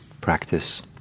practice